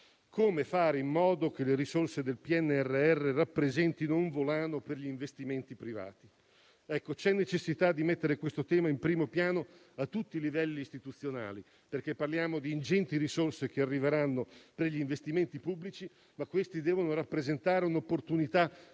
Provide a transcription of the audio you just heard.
come fare in modo che le risorse del PNRR rappresentino un volano per gli investimenti privati. C'è necessità di mettere questo tema in primo piano a tutti i livelli istituzionali, perché parliamo di ingenti risorse che arriveranno per gli investimenti pubblici, ma che devono rappresentare un'opportunità complessiva